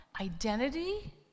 identity